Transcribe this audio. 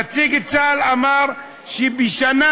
נציג צה"ל אמר שבשנה,